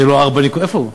זה לא 4% איפה הוא?